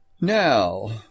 Now